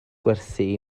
gwerthu